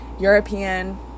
European